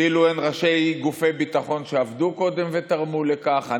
כאילו אין ראשי גופי ביטחון שעבדו קודם ותרמו לכך,